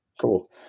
Cool